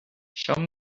show